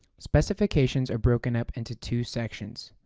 specifications are broken up into two sections,